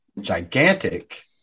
gigantic